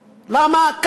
למה?